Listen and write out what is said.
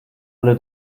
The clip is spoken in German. alle